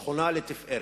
שכונה לתפארת.